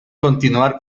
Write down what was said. continuar